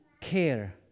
care